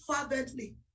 fervently